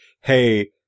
Hey